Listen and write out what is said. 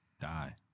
Die